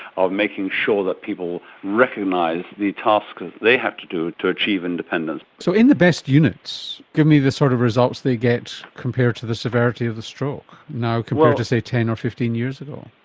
of making sure that people recognise the tasks that they have to do to achieve independence. so in the best units, give me the sort of results they get compared to the severity of the stroke now compared to ten or fifteen years ago.